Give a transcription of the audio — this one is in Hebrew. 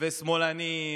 שמאלנים,